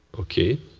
okay,